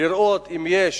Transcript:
לראות אם יש